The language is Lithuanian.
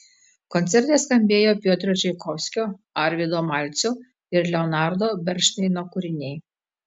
koncerte skambėjo piotro čaikovskio arvydo malcio ir leonardo bernšteino kūriniai